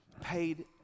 paid